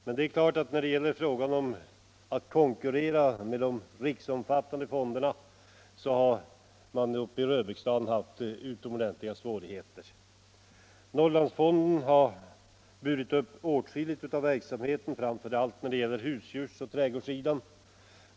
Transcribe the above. Men när det gällt att konkurrera hos de riksomfattande fonderna har man i Röbäcksdalen haft mycket stora svårigheter. Norrlandsfonden har burit upp åtskilligt av verksamheten framför allt på husdjurs och trädgårdssidan.